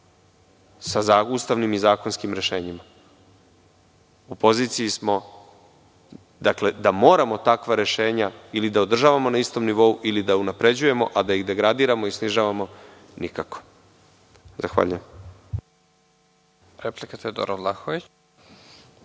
sa ustavnim i zakonskim rešenjima.U poziciji smo da moramo takva rešenja ili da održavamo na istom nivou ili da unapređujemo, a da ih degradiramo i snižavamo nikako. Zahvaljujem.